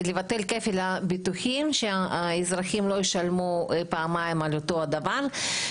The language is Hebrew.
לבטל כפל ביטוחים שהאזרחים לא ישלמו פעמיים על אותו הדבר.